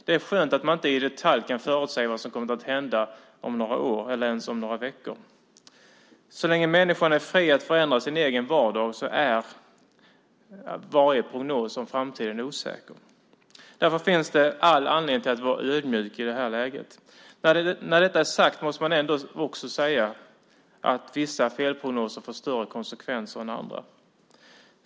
Det är skönt att man inte i detalj kan förutsäga vad som kommer att hända om några år eller ens om några veckor. Så länge människan är fri att förändra sin egen vardag är varje prognos om framtiden osäker. Därför finns det all anledning att vara ödmjuk i det här läget. När detta är sagt måste man ändå också säga att vissa felprognoser får större konsekvenser än andra.